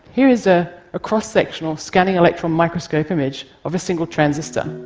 here is ah a cross-section or scanning electron microscope image of a single transistor.